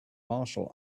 martial